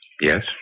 Yes